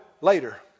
Later